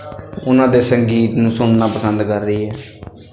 ਉਨ੍ਹਾਂ ਦੇ ਸੰਗੀਤ ਨੂੰ ਸੁਣਨਾ ਪਸੰਦ ਕਰ ਰਹੀ ਹੈ